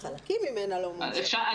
חלקים ממנה לא מאושרים, חלקים מסוימים.